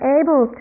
able